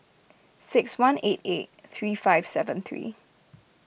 six one eight eight three five seven three